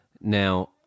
Now